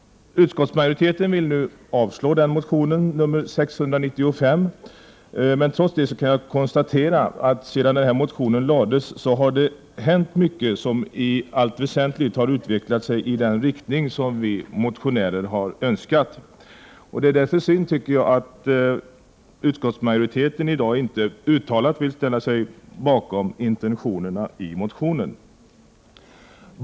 Utskottsmajoriteten avstyrker motion Ub695. Men jag kan konstatera att sedan motionen väckts har det hänt mycket som i allt väsentligt har utvecklats i den riktning som vi motionärer har önskat. Jag tycker därför att det är synd att utskottsmajoriteten inte uttalat vill ställa sig bakom intentionerna i motionen.